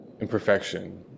imperfection